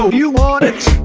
you want it,